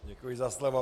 Děkuji za slovo.